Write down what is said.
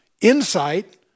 insight